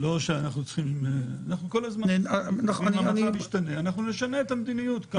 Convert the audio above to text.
אם המצב ישתנה נשנה את המדיניות.